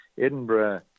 Edinburgh